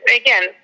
again